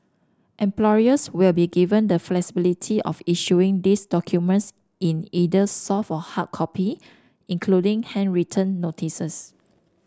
employers will be given the flexibility of issuing these documents in either soft or hard copy including handwritten notices